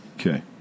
Okay